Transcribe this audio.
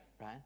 right